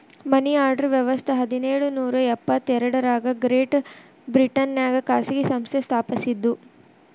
ಮನಿ order ವ್ಯವಸ್ಥ ಹದಿನೇಳು ನೂರ ಎಪ್ಪತ್ ಎರಡರಾಗ ಗ್ರೇಟ್ ಬ್ರಿಟನ್ನ್ಯಾಗ ಖಾಸಗಿ ಸಂಸ್ಥೆ ಸ್ಥಾಪಸಿದ್ದು